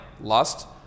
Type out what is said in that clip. lust